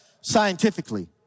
scientifically